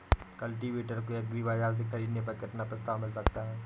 Cultivator को agri बाजार से ख़रीदने पर कितना प्रस्ताव मिल सकता है?